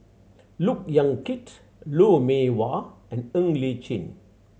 Look Yan Kit Lou Mee Wah and Ng Li Chin